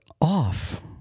off